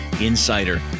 insider